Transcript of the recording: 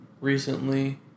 recently